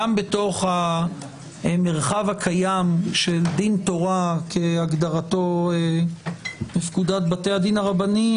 גם בתוך המרחב הקיים של דין תורה כהגדרתו בפקודת בתי הדין הרבניים,